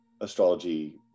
astrology